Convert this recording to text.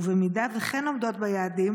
ובמידה שכן עומדות ביעדים,